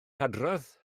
hadrodd